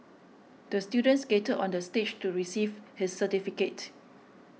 the student skated on the stage to receive his certificate